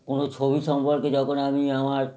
কোনো ছবি সম্পর্কে যখন আমি আমার